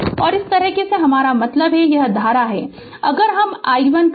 और इस तरफ मेरा मतलब है कि यह धारा अगर हम i1 कहे